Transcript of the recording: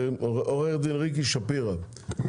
עורכת הדין ריקי שפירא,